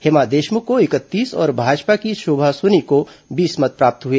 हेमा देशमुख को इकतीस और भाजपा की शोभा सोनी को बीस मत प्राप्त हुए